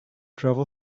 travel